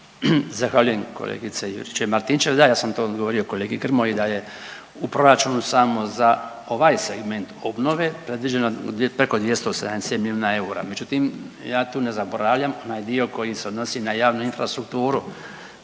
Zahvaljujem kolegice Juričev Martinčev, da ja sam to odgovorio kolegi Grmoji da je u proračunu samo za ovaj segment obnove predviđeno preko 270 milijuna eura. Međutim, ja tu ne zaboravljam onaj dio koji se odnosi na javnu infrastrukturu